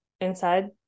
inside